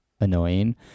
annoying